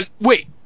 Wait